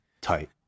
tight